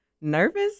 nervous